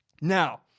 Now